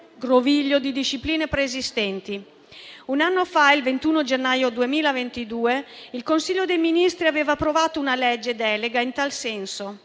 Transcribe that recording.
groviglio di discipline preesistenti. Un anno fa, il 21 gennaio 2022, il Consiglio dei ministri aveva approvato una legge delega in tal senso;